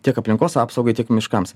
tiek aplinkos apsaugai tiek miškams